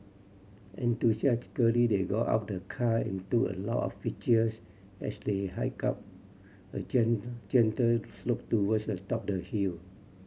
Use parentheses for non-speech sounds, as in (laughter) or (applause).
enthusiastically they got out of the car and took a lot of pictures as they hiked up a (unintelligible) gentle slope towards the top the hill